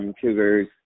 Cougars